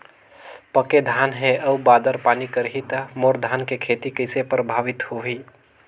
पके धान हे अउ बादर पानी करही त मोर धान के खेती कइसे प्रभावित होही?